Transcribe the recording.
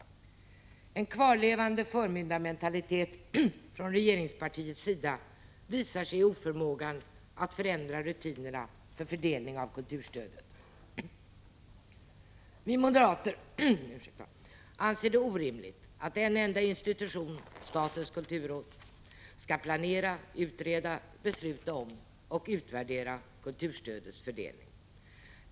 En kvarlevande förmyndarmentalitet från regeringspartiets sida visar sig i oförmågan att förändra rutinerna för fördelning av kulturstödet. Vi moderater anser det orimligt att en enda institution, statens kulturråd, skall planera, utreda, besluta om och utvärdera kulturstödets fördelning.